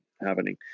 happening